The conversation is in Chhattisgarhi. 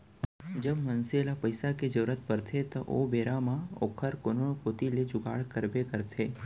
जब मनसे ल पइसा के जरूरत परथे ओ बेरा म ओहर कोनो कोती ले जुगाड़ करबे करथे